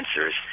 answers